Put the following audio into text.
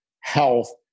health